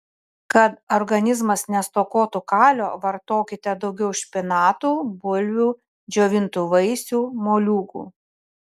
kad organizmas nestokotų kalio vartokite daugiau špinatų bulvių džiovintų vaisių moliūgų